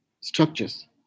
structures